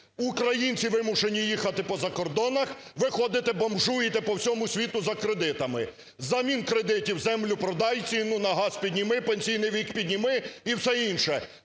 Українці вимушені їхати по закордонах. Ви ходите, бомжуєте по всьому світу за кредитами! Взамін кредитів землю продай, ціну на газ підніми, пенсійний вік підніми і все інше.